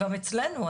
גם אצלנו,